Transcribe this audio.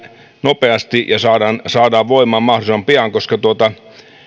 nopeasti ja saadaan saadaan voimaan mahdollisimman pian